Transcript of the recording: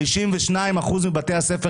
52% מבתי הספר,